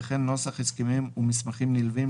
וכן נוסח הסכמים ומסמכים נלווים,